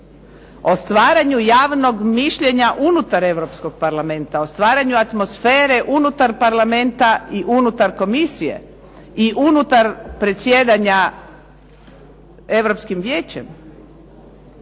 O stvaranju javnog mišljenja unutar europskog Parlamenta, o stvaranju atmosfere unutar Parlamenta i unutar komisije i unutar predsjedanja Europskim vijećem.